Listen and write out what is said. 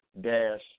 dash